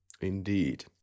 Indeed